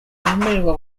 wemererwa